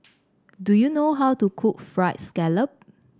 do you know how to cook Fried Scallop